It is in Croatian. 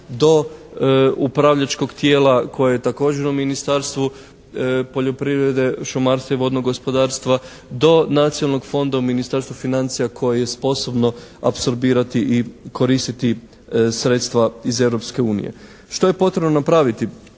do upravljačkog tijela koje je također u Ministarstvu poljoprivrede, šumarstva i vodnog gospodarstva do Nacionalnog fonda u Ministarstvu financija koji je sposobno apsorbirati i koristiti sredstva iz Europske unije. Što je potrebno napraviti?